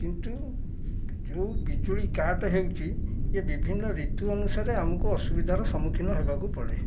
କିନ୍ତୁ ଯେଉଁ ବିଜୁଳି କାଟ୍ ହେଉଛି ଇଏ ବିଭିନ୍ନ ଋତୁ ଅନୁସାରେ ଆମକୁ ଅସୁବିଧାର ସମ୍ମୁଖୀନ ହେବାକୁ ପଡ଼େ